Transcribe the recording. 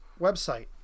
website